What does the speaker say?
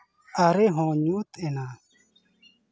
ᱟᱨᱮ ᱦᱚᱸ ᱧᱩᱛ ᱮᱱᱟ